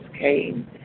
came